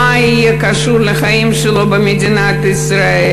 מה יהיה קשור לחיים שלו במדינת ישראל,